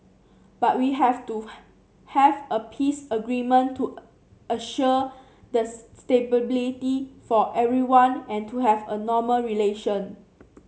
but we have to have a peace agreement to assure the for everyone and to have a normal relation